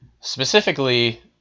specifically